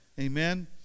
amen